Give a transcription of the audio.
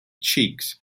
cheeks